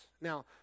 Now